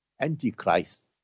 Antichrist